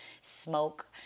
smoke